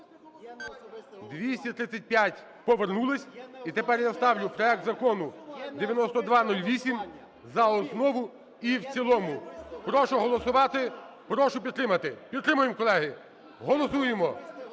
За-235 Повернулись. І тепер я ставлю проект Закону 9208 за основу і в цілому. Прошу голосувати. Прошу підтримати. Підтримуємо, колеги. Голосуємо.